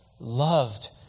loved